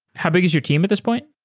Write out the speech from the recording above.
how big is your team at this point?